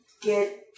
get